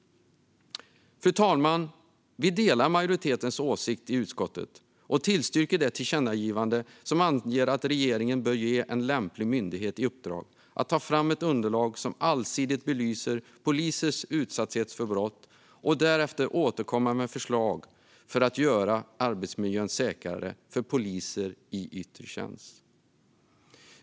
Fru talman! Vi delar majoritetens åsikt i utskottet och tillstyrker det tillkännagivande som anger att regeringen bör ge en lämplig myndighet i uppdrag att ta fram ett underlag som allsidigt belyser polisers utsatthet för brott och därefter återkomma med förslag för att göra arbetsmiljön säkrare för poliser i yttre tjänst.